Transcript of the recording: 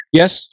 yes